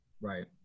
Right